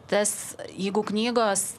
tas jeigu knygos